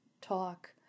talk